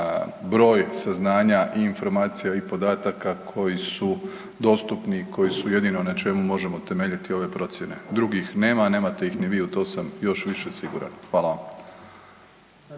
broj saznanja i informacija i podataka koji su dostupni i koji su jedino na čemu možemo temeljiti ove procijene, drugih nema, nemate ih ni vi, u to sam još više siguran. Hvala vam.